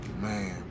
Man